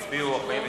נתקבלה.